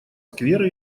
скверы